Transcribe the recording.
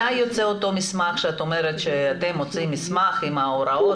מתי יוצא אותו מסמך שאת אומרת שאתם מוציאים מסמך עם ההוראות?